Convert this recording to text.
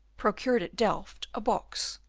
procured at delft a box,